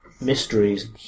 mysteries